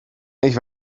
ich